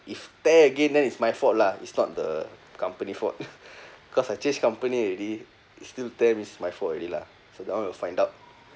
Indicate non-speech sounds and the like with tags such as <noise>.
if tear again then it's my fault lah is not the company fault <laughs> cause I change company already is still tear means my fault already lah so that one we'll find out